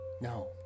No